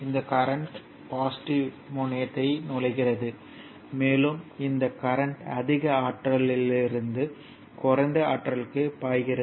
இந்த current positive முனையத்தை நுழைகிறது மேலும் இந்த கரண்ட் அதிக ஆற்றல் இருந்து குறைந்த ஆற்றல்க்கு பாய்கிறது